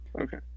Okay